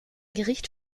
gericht